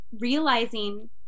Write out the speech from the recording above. realizing